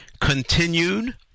continued